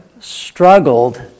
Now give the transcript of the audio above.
struggled